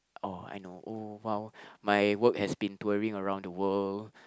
oh I know oh !wow! my work has been touring around the world